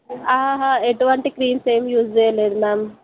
ఆహా ఎటువంటి క్రీమ్సేమీ యూస్ చేయలేదు మ్యామ్